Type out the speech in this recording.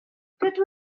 dydw